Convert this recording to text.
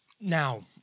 Now